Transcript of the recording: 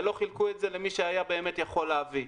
ולא חילקו את זה למי שהיה באמת יכול להביא.